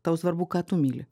tau svarbu ką tu myli